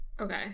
okay